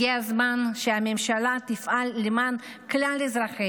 הגיע הזמן שהממשלה תפעל למען כלל אזרחי